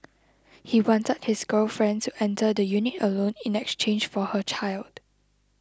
he wanted his girlfriend to enter the unit alone in exchange for her child